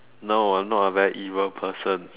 no I'm not a very evil person